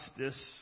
justice